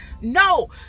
No